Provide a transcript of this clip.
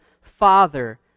Father